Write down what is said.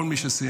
כל מי שסייע.